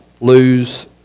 lose